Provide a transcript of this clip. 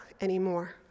anymore